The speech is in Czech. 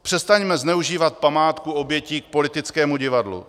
Přestaňme zneužívat památku obětí k politickému divadlu.